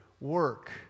work